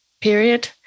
period